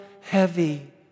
heavy